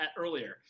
earlier